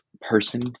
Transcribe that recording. person